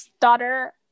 daughter